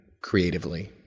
creatively